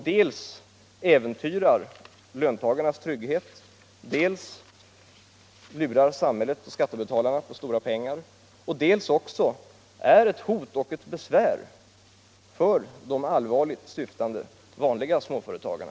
Dels äventyrar den löntagarnas trygghet, dels lurar den samhället och skat tebetalarna på stora pengar, dels är den ett hot och ett besvär för de allvarligt syftande vanliga småföretagarna.